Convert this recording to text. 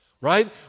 right